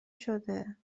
شده